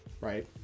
right